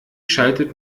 schaltet